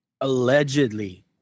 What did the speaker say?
Allegedly